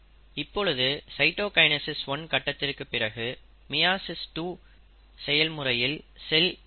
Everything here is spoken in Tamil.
இப்பொழுது சைட்டோகைனசிஸ் 1 கட்டத்திற்கு பிறகு மியாசிஸ் 2 செயல் முறையில் செல் ஈடுபடும்